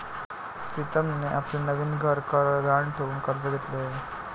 प्रीतमने आपले नवीन घर गहाण ठेवून कर्ज घेतले आहे